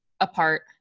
apart